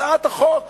הצעת החוק